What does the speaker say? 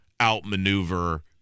outmaneuver